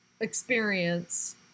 experience